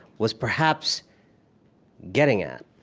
was perhaps getting at,